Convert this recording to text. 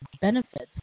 benefits